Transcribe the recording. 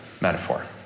metaphor